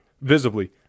visibly